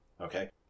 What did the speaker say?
okay